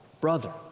brother